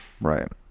Right